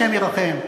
השם ירחם,